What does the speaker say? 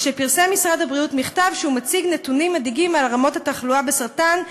כשפרסם משרד הבריאות מכתב שמציג נתונים מדאיגים על רמות התחלואה בסרטן,